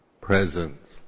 presence